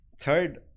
third